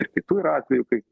ir kitų yra atvejų kai